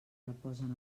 reposen